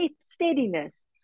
steadiness